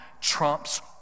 trumps